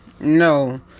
No